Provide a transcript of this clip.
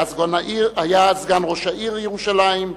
היה סגן ראש העיר ירושלים,